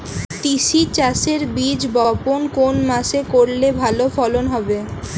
তিসি চাষের বীজ বপন কোন মাসে করলে ভালো ফলন হবে?